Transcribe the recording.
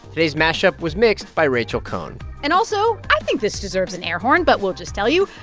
today's mashup was mixed by rachel cohn and also, i think this deserves an air horn, but we'll just tell you.